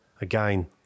again